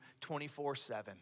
24-7